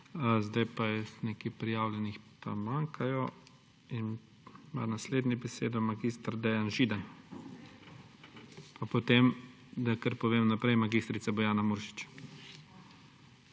Zdaj pa je nekaj prijavljenih, ki manjkajo. Naslednji ima besedo mag. Dejan Židan, pa potem, da kar povem naprej, mag. Bojana Muršič.